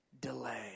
delay